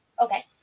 Okay